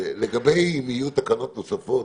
לגבי האם יהיו תקנות נוספות,